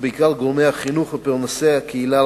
ובעיקר גורמי החינוך ופרנסי הקהילה,